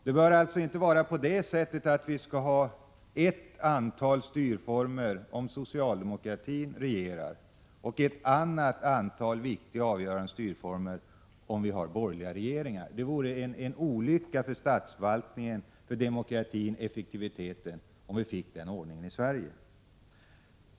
Det bör alltså inte vara på det sättet att vi har ett antal styrformer om socialdemokratin regerar och ett annat antal viktiga och avgörande styrformer om vi har borgerliga regeringar. Det vore en olycka för statsförvaltningen, för demokratin och för effektiviteten, om vi fick den ordningen i Sverige.